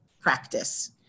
practice